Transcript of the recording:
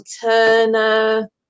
Turner